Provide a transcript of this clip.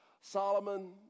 Solomon